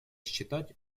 считать